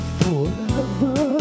forever